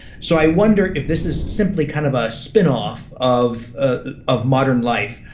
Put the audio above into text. so i wonder if this is simply kind of a spin-off of of modern life.